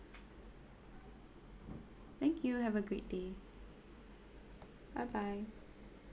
thank you have a great day bye bye